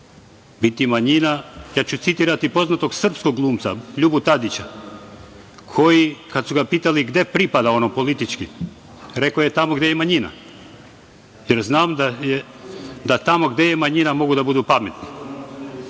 biti manjina, ja ću citirati poznatog srpskog glumca, Ljubu Tadića, koji kada su ga pitali gde pripada, ono politički, rekao je tamo gde je manjina, jer znam da tamo gde je manjina mogu da budu pametni,